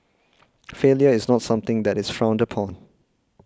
failure is not something that is frowned upon